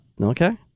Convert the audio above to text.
okay